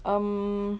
um